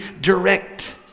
direct